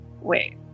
wait